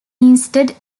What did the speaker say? instead